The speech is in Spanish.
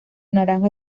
naranja